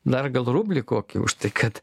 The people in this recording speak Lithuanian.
dar gal rublį kokį už tai kad